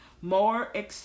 more